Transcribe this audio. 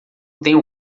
tenho